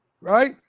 right